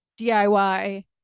DIY